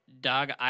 Dog